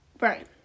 Right